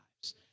lives